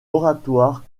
oratoire